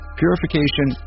purification